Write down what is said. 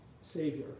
Savior